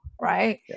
right